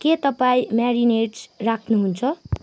के तपाईँ म्यारिनेड्स राख्नुहुन्छ